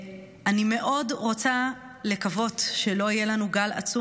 אני מאוד רוצה לקוות שלא יהיה לנו גל עצום